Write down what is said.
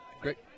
great